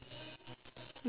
ya two two two